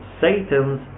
satans